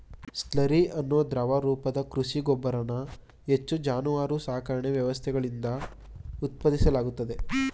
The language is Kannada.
ಸ್ಲರಿ ಅನ್ನೋ ದ್ರವ ರೂಪದ ಕೃಷಿ ಗೊಬ್ಬರನ ಹೆಚ್ಚು ಜಾನುವಾರು ಸಾಕಣೆ ವ್ಯವಸ್ಥೆಗಳಿಂದ ಉತ್ಪಾದಿಸಲಾಗ್ತದೆ